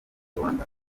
rwanda